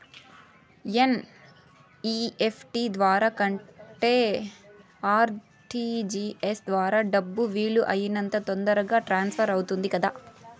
NEFT ద్వారా కంటే RTGS ద్వారా డబ్బు వీలు అయినంత తొందరగా ట్రాన్స్ఫర్ అవుతుంది కదా